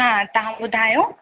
हा तव्हां ॿुधायो